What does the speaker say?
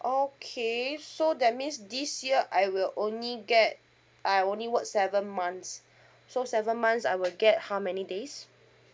okay so that means this year I will only get I only work seven months so seven months I will get how many days